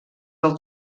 del